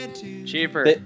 Cheaper